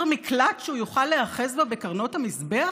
מקלט שהוא יוכל להיאחז בה בקרנות המזבח?